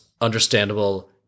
understandable